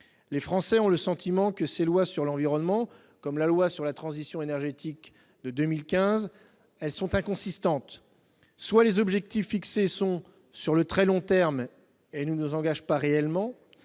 Les Français ont le sentiment que les lois sur l'environnement, comme celle sur la transition énergétique de 2015, sont inconsistantes. Soit les objectifs sont fixés sur le très long terme et ne nous engagent pas réellement,